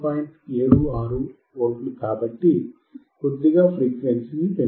76V కాబట్టి కొద్దిగా frequency ని పెంచుదాం